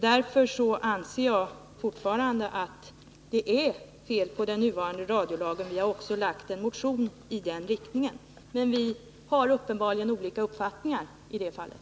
Därför anser jag fortfarande att det är fel på den nuvarande radiolagen. Vi har också motionerat om en ändring i den riktningen. Men utbildningsministern och jag har uppenbarligen olika uppfattningar i det fallet.